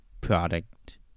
product